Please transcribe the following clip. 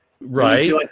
right